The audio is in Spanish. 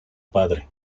padre